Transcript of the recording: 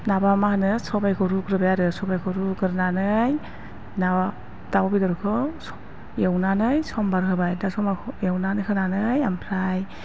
माबा मा होनो सबाइखौ रुग्रोबाय आरो सबाइखौ रुग्रोनानै माबा दाउ बेदरखौ एवनानै सम्भार होबाय दा सम्भारखौ एवनानै होनानै ओमफ्राय